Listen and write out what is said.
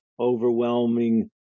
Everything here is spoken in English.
overwhelming